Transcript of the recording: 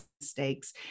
mistakes